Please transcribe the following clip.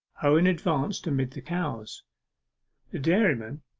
owen advanced amid the cows. the dairyman,